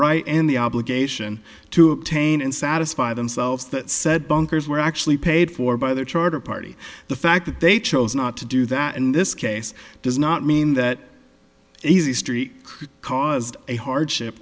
right and the obligation to obtain and satisfy themselves that said bunkers were actually paid for by their charter party the fact that they chose not to do that in this case does not mean that easy street caused a hardship